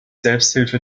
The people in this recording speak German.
selbsthilfe